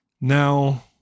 Now